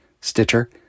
Stitcher